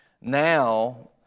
Now